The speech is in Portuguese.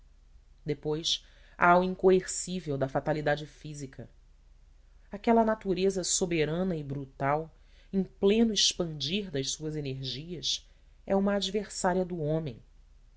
o incoercível da fatalidade física aquela natureza soberana e brutal em pleno expandir das suas energias é uma adversária do homem